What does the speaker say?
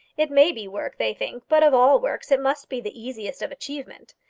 it may be work, they think, but of all works it must be the easiest of achievement.